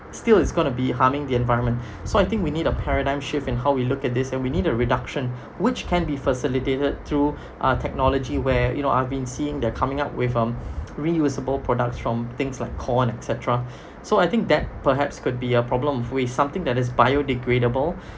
still it's gonna be harming the environment so I think we need a paradigm shift in how we look at this and we need a reduction which can be facilitated through uh technology where you know I've been seeing they're coming up with um reusable products from things like corn et cetera so I think that perhaps could be a problem with something that is biodegradable